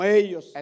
ellos